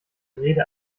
rede